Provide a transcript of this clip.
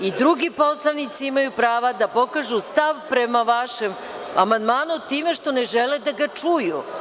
I drugi poslanici imaju prava da pokažu stav prema vašem amandmanu time što ne žele da ga čuju.